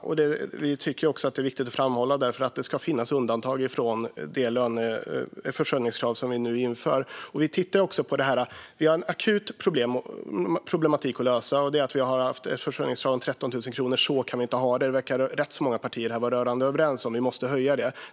Fru talman! Vi tycker också att det är viktigt att framhålla att det ska finnas undantag från de försörjningskrav som vi nu inför. Vi har en akut problematik att lösa, nämligen att vi har haft ett försörjningskrav på 13 000 kronor. Så kan vi inte ha det. Det verkar rätt många partier här vara rörande överens om. Vi måste höja det.